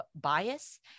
bias